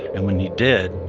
and when he did.